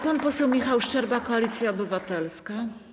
Pan poseł Michał Szczerba, Koalicja Obywatelska.